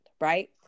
right